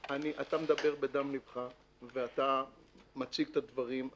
רגע, אתה מדבר מדם לבך, ואתה מציג את הדברים.